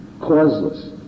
causeless